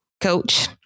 coach